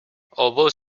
although